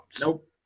Nope